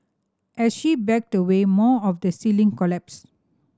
as she backed away more of the ceiling collapsed